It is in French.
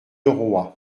leroy